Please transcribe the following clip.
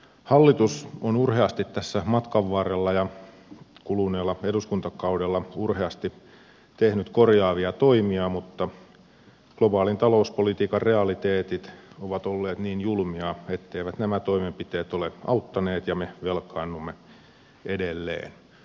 hallitus on urheasti tässä matkan varrella ja kuluneella eduskuntakaudella tehnyt korjaavia toimia mutta globaalin talouspolitiikan realiteetit ovat olleet niin julmia etteivät nämä toimenpiteet ole auttaneet ja me velkaannumme edelleen